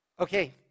Okay